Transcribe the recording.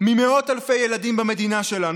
ממאות אלפי ילדים במדינה שלנו.